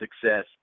success